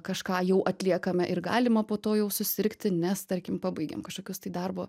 kažką jau atliekame ir galima po to jau susirgti nes tarkim pabaigėm kažkokius tai darbo